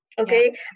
Okay